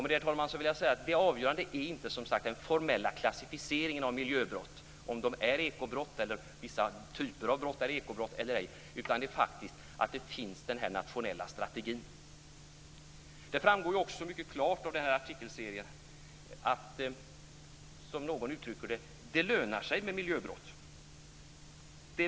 Herr talman! Det avgörande är som sagt inte den formella klassificeringen av miljöbrott, om de är ekobrott eller om vissa typer av miljöbrott är ekobrott, utan det avgörande är faktiskt att det finns en nationell strategi. Det framgår också mycket klart av artikelserien att, som någon uttrycker det, "det lönar sig med miljöbrott".